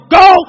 go